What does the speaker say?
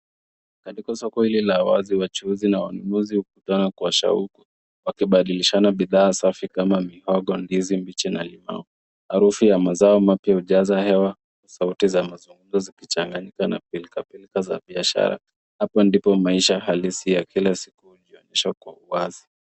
Katika soko hili la wazi wachuuzi na wanunuzi hukutana kwa shauku wakibadilishana bidhaa safi kama mihogo, ndizi mbichi na limau. Harufu ya mazao mapya hujaza hewa, sauti za mazungumzo zikichanganyika na pilka pilka za biashara, hapo ndipo maisha halisi ya kila siku hujionyesha kwa uwazi.